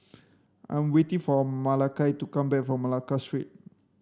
I'm waiting for Malakai to come back from Malacca Street